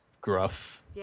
gruff